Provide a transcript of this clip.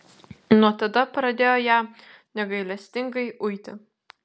nuo tada pradėjo ją negailestingai uiti